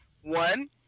One